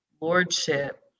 lordship